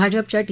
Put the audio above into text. भाजपच्या टी